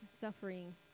suffering